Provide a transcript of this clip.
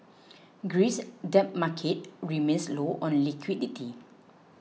Greece's debt market remains low on liquidity